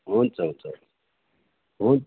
हुन्छ हुन्छ हुन्छ